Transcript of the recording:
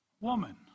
Woman